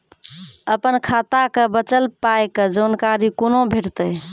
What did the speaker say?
अपन खाताक बचल पायक जानकारी कूना भेटतै?